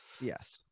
Yes